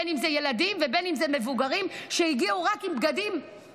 בין אם זה ילדים ובין אם זה מבוגרים שהגיעו רק עם בגדים ובגפם.